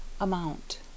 Amount